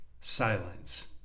silence